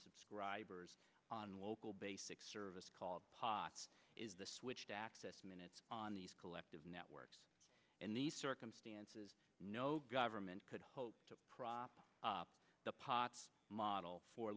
subscribers on local basic service called potts is the switch to access minutes on these collective networks and the circumstances no government could hope to prop up the pots model for